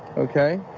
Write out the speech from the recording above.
okay.